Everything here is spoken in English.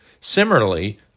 Similarly